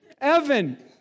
Evan